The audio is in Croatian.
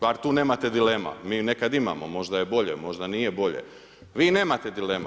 Bar tu nemate dilema, mi nekad imamo, možda je bolje, možda nije bolje, vi nemate dilema.